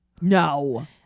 No